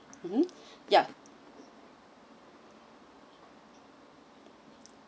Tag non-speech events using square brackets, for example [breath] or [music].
mmhmm [breath] yup